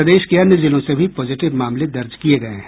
प्रदेश के अन्य जिलों से भी पॉजिटिव मामले दर्ज किये गये हैं